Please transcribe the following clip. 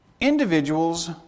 individuals